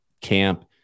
camp